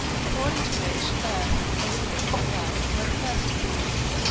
according to which earth, erebus, and love were the first of beings.